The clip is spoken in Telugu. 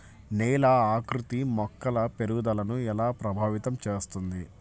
నేల ఆకృతి మొక్కల పెరుగుదలను ఎలా ప్రభావితం చేస్తుంది?